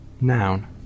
Noun